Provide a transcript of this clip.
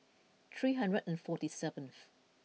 three hundred and forty seventh